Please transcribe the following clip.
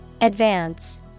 Advance